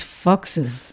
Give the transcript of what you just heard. foxes